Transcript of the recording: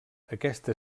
aquesta